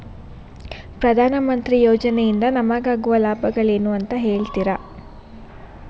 ಪ್ರಧಾನಮಂತ್ರಿ ಯೋಜನೆ ಇಂದ ನಮಗಾಗುವ ಲಾಭಗಳೇನು ಅಂತ ಹೇಳ್ತೀರಾ?